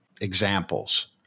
examples